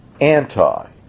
anti